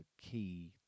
key